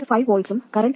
5 V ഉം current 2